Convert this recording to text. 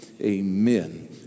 amen